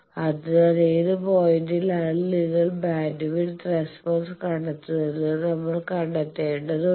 അതിനാൽ ഏത് പോയിന്റിലാണ് നിങ്ങൾ ബാൻഡ്വിഡ്ത്ത് റെസ്പോൺസ് കണ്ടെത്തുന്നതെന്ന് നമ്മൾ കണ്ടെത്തേണ്ടതുണ്ട്